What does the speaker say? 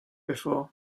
before